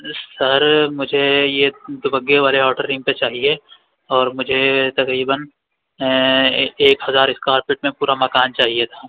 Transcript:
سر مجھے یہ دبگے والے آؤٹر رنگ پہ چاہیے اور مجھے تقریباً ایک ہزار اسکوائر فٹ میں پورا مکان چاہیے تھا